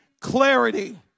clarity